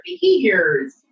behaviors